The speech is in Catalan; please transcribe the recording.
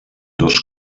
dos